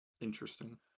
Interesting